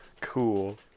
Cool